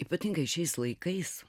ypatingai šiais laikais